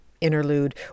interlude